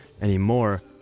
anymore